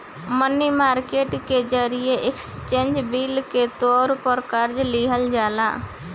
मनी market के जरिए exchange bill के तौर पर कर्जा लिहल जाला